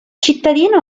cittadino